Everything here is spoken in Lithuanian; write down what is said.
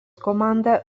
komanda